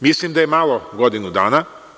Mislim da je malo godinu dana.